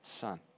Son